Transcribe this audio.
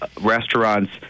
restaurants